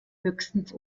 höchstens